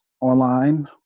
online